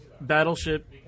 Battleship